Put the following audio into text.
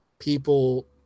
people